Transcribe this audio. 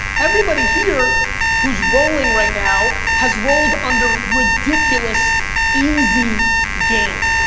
everybody here who's rolling right now has rolled under ridiculous easy game.